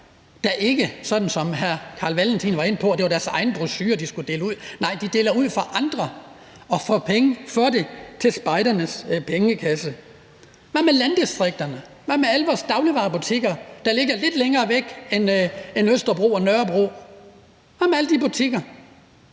deler, sådan som hr. Carl Valentin var inde på, deres egne brochurer ud, men deler ud for andre og får penge for det til spejdernes pengekasse. Hvad med landdistrikterne? Hvad med alle vores dagligvarebutikker, der ligger lidt længere væk end Østerbro og Nørrebro? Hvad med alle de butikker?